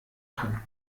kann